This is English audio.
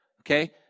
okay